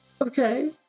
Okay